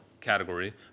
category